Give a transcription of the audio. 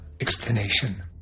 explanation